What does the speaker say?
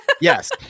Yes